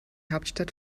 hauptstadt